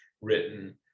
written